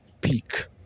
Peak